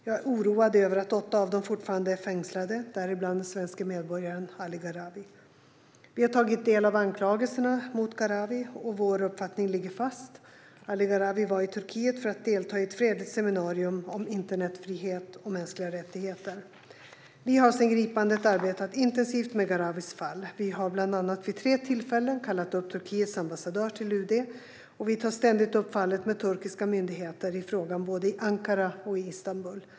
Jag är oroad över att åtta av dem fortfarande är fängslade, däribland den svenske medborgaren Ali Gharavi. Vi har tagit del av anklagelserna mot Gharavi, och vår uppfattning ligger fast: Ali Gharavi var i Turkiet för att delta i ett fredligt seminarium om internetfrihet och mänskliga rättigheter. Vi har sedan gripandet arbetat intensivt med Gharavis fall. Vi har bland annat vid tre tillfällen kallat upp Turkiets ambassadör till UD, och vi tar ständigt upp fallet med turkiska myndigheter i frågan, både i Ankara och i Istanbul.